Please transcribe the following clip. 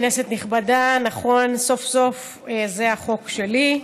כנסת נכבדה, נכון, סוף-סוף זה החוק שלי,